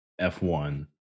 F1